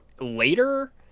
later